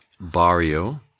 Barrio